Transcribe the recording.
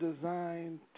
designed